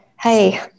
hey